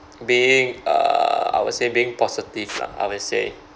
being err I would say being positive lah I will say